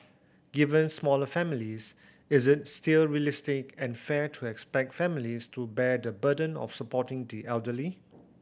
given smaller families is still realistic and fair to expect families to bear the burden of supporting the elderly